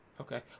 Okay